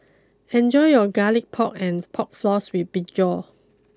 enjoy your Garlic Pork and Pork Floss with Brinjal